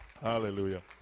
Hallelujah